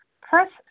press